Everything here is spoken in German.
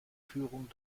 führung